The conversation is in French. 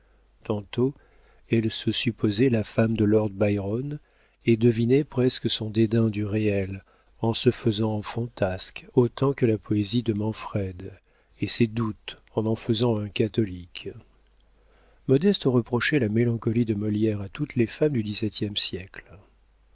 tantôt elle se supposait la femme de lord byron et devinait presque son dédain du réel en se faisant fantasque autant que la poésie de manfred et ses doutes en en faisant un catholique modeste reprochait la mélancolie de molière à toutes les femmes du dix-septième siècle